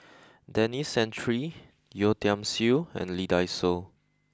Denis Santry Yeo Tiam Siew and Lee Dai Soh